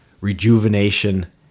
rejuvenation